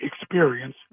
experience